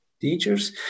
teachers